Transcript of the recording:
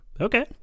Okay